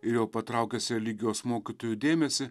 ir jau patraukęs religijos mokytojų dėmesį